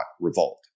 revolt